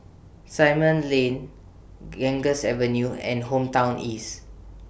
Simon Lane Ganges Avenue and Hometown East